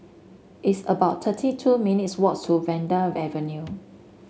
it's about thirty two minutes' walk to Vanda Avenue